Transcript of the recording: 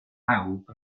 pawb